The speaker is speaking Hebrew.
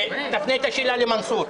תפנה את השאלה למנסור.